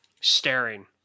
staring